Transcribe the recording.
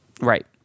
Right